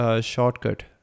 Shortcut